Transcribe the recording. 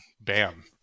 bam